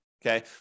Okay